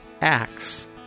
Acts